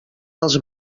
dels